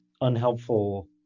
unhelpful